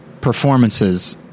performances